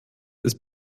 ist